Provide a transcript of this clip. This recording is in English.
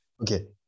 okay